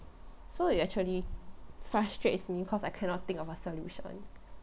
so it actually frustrates me cause I cannot think of a solution